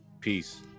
Peace